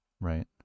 Right